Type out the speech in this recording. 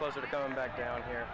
closer to going back down here